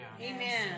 Amen